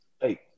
Hey